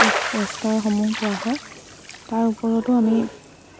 পুৰষ্কাৰসমূহ পোৱা হয় তাৰ ওপৰতো আমি